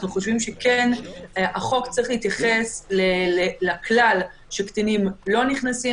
אנחנו חושבים שהחוק צריך להתייחס לכלל שקטינים לא נכנסים